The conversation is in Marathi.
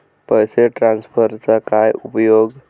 पैसे ट्रान्सफरचा काय उपयोग?